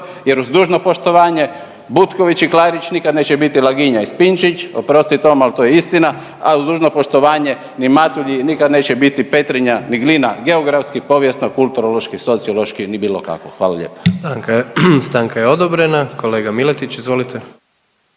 jer uz dužno poštovanje Butković i Klarić nikad neće biti Laginja i Spinčić, oprosti to, al to je istina, a uz dužno poštovanje ni Matulji nikad neće biti Petrinja ni Glina geografski, povijesno, kulturološki, sociološki, ni bilo kako, hvala lijepa. **Jandroković, Gordan